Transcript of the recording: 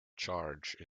charge